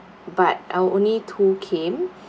but uh only two came